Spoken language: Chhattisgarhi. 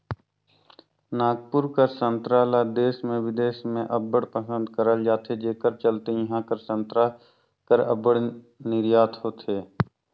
नागपुर कर संतरा ल देस में बिदेस में अब्बड़ पसंद करल जाथे जेकर चलते इहां कर संतरा कर अब्बड़ निरयात होथे